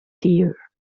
fear